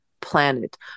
planet